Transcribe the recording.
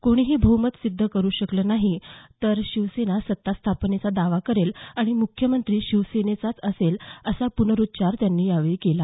कोणीही बहुमत सिद्ध करू शकलं नाही तर शिवसेना सत्तास्थापनेचा दावा करेल आणि मुख्यमंत्री शिवसेनेचाच असेल असा पुनरुच्चार त्यांनी यावेळी केला